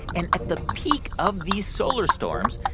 and at the peak of these solar storms,